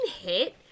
hit